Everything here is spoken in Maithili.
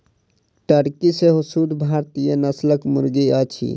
टर्की सेहो शुद्ध भारतीय नस्लक मुर्गी अछि